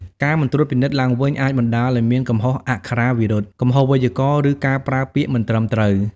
ការមិនត្រួតពិនិត្យឡើងវិញអាចបណ្តាលឲ្យមានកំហុសអក្ខរាវិរុទ្ធ កំហុសវេយ្យាករណ៍ ឬការប្រើពាក្យមិនត្រឹមត្រូវ